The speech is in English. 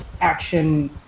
action